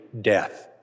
death